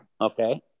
Okay